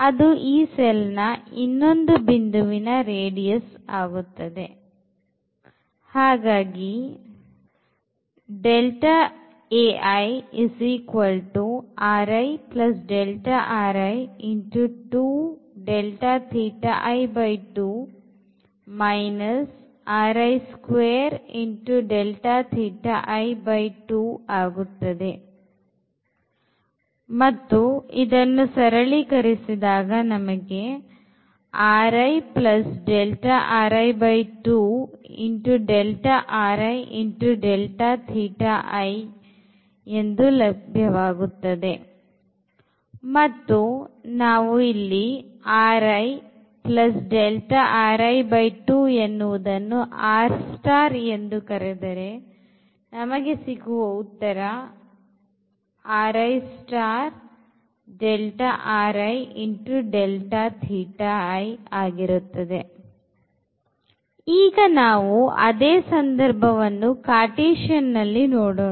ಅದು ಈ cell ನ ಇನ್ನೊಂದು ಬಿಂದುವಿನ radius ಆಗುತ್ತದೆ ಈಗ ನಾವು ಅದೇ ಸಂದರ್ಭವನ್ನು ಕಾರ್ಟೀಸಿಯನ್ ನಲ್ಲಿ ನೋಡೋಣ